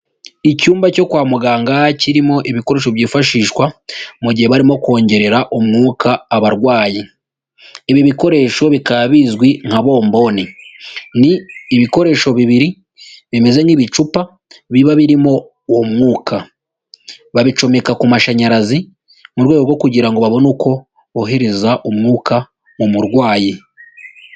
Icyumba cyo kwa muganga kirimo ibikoresho byifashishwa mu gihe barimo kongerera umwuka abarwayi, ibi bikoresho bikaba bizwi nka bomboni ni ibikoresho bibiri bimeze nk'ibicupa biba birimo uwo mwuka, babicomeka ku mashanyarazi mu rwego rwo kugira ngo babone uko bohereza umwuka umurwayi.